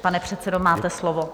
Pane předsedo, máte slovo.